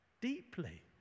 deeply